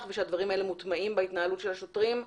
ושהדברים האלה מוטמעים בהתנהלות של השוטרים.